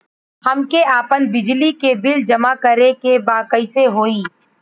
हमके आपन बिजली के बिल जमा करे के बा कैसे होई?